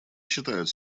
считают